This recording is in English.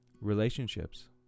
Relationships